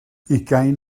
ugain